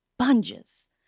sponges